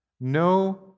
No